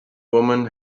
woman